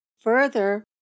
Further